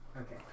Okay